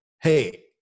hey